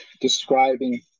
describing